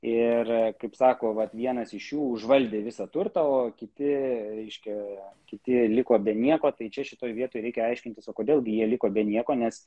ir kaip sako vat vienas iš jų užvaldė visą turtą o kiti raiškiojo kiti liko be nieko tai čia šitoje vietoj reikia aiškintis o kodėl gi jie liko be nieko nes